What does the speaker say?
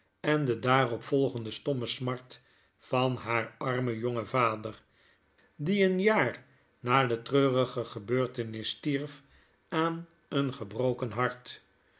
en de daarop volgende stomme smart van haar armen jongen vader die een jaar na de treurige gebeurtenis stierf aan een gebroken hart